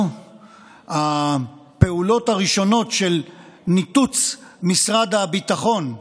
הפעולות הראשונות של ניתוץ משרד הביטחון,